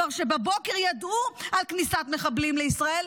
כשבבוקר כבר ידעו על כניסת מחבלים לישראל?